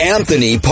Anthony